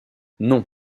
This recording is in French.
non